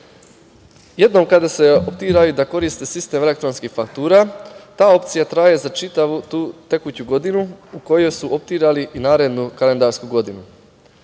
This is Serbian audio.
kada se optiraju da koriste sistem elektronskih faktura, ta opcija traje za čitavu tu tekuću godinu u koju su optirali i narednu kalendarsku godinu.